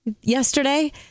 yesterday